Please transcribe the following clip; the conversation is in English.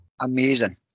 amazing